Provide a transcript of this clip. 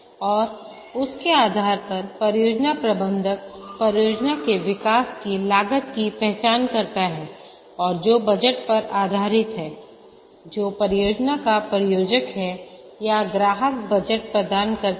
और उसके आधार पर परियोजना प्रबंधक परियोजना के विकास की लागत की पहचान करता है और जो बजट पर आधारित है जो परियोजना का प्रायोजक है या ग्राहक बजट प्रदान करता है